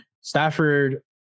Stafford